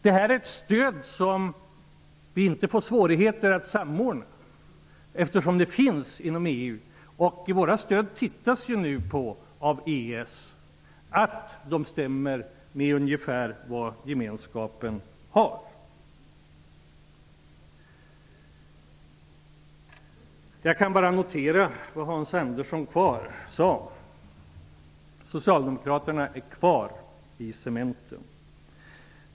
Det här är ett stöd som vi inte får svårigheter att samordna, eftersom det finns inom EU; EES undersöker ju nu att våra stöd på ett ungefär stämmer med vad gemenskapen har. Jag kan bara notera vad Hans Andersson sade: Socialdemokraterna är kvar i cementen.